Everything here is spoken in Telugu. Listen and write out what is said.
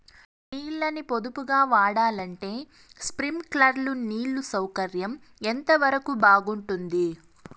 నీళ్ళ ని పొదుపుగా వాడాలంటే స్ప్రింక్లర్లు నీళ్లు సౌకర్యం ఎంతవరకు బాగుంటుంది?